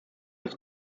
das